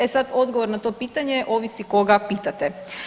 E sad odgovor na to pitanje ovisi koga pitate.